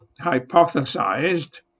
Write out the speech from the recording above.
hypothesized